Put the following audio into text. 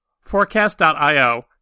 Forecast.io